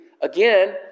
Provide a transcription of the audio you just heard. Again